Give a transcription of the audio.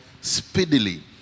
speedily